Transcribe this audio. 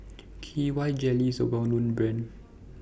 K Y Jelly IS A Well known Brand